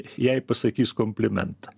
jai pasakys komplimentą